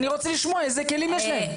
אני רוצה לשמוע איזה כלים יש להם.